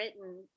written